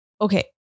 Okay